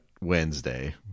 Wednesday